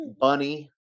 Bunny